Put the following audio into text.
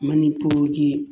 ꯃꯅꯤꯄꯨꯔꯒꯤ